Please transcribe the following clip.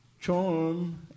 Charm